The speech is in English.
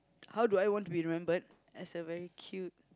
how do I want to remembered that's a very cute